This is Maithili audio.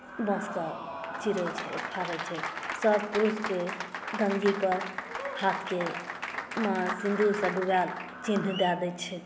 बाँसकेँ चीड़ैत छै फाड़ैत छै सभपुरुषकेँ गञ्जीपर हाथके सिन्दूरसँ डुबायल चिह्न दए दैत छै